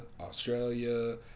Australia